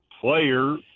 player